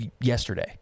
yesterday